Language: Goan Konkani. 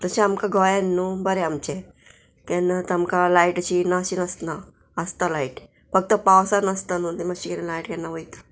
तशें आमकां गोंयान न्हू बरें आमचें केन्ना तांकां लायट अशी ना अशी नासना आसता लायट फक्त पावसान नासता न्हू तें मातशें लायट केन्ना वयतलो